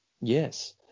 Yes